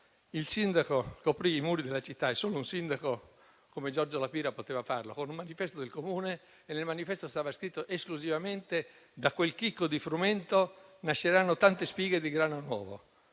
il sindaco coprì i muri della città - e solo un sindaco come Giorgio La Pira poteva farlo - con un manifesto del Comune su cui era scritto soltanto: «Da quel chicco di frumento nasceranno tante spighe di grano nuovo».